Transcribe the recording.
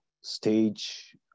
stage